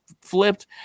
flipped